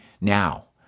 now